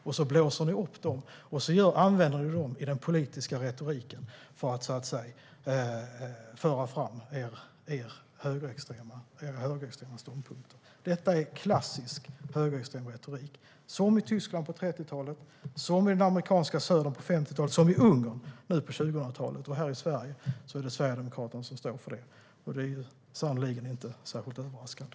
Sedan blåser ni upp dessa fall och använder dem i den politiska retoriken för att så att säga föra fram er högerextrema ståndpunkt. Detta är klassisk högerextrem retorik, som i Tyskland på 1930-talet, som i den amerikanska södern på 1950-talet och som i Ungern nu på 2000-talet. Här i Sverige är det Sverigedemokraterna som står för detta, och det är sannerligen inte särskilt överraskande.